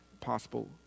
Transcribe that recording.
possible